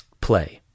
play